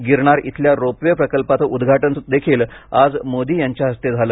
गिरनार इथल्या रोपवे प्रकल्पाचं उद्वाटनही आज मोदी यांच्या हस्ते झालं